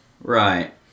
Right